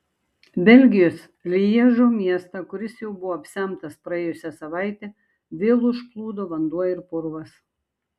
belgijos lježo miestą kuris jau buvo apsemtas praėjusią savaitę vėl užplūdo vanduo ir purvas